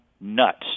nuts